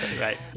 Right